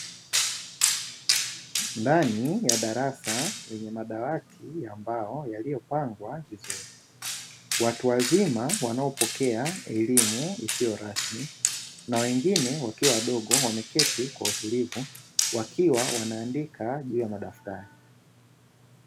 Ndani ya darasa lenye madawati ya mbao yaliyo pangwa vizuri. Watu wazima wanaopokea elimu isiyo rasmi na wengine wakiwa wadogo wameketi kwa utulivu, wakiwa wanaandika juu ya madaftari.